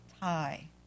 tie